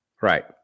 right